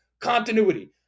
continuity